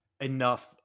Enough